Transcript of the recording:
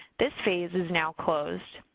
this phase is now closed.